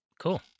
Cool